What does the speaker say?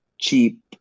cheap